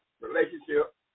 relationship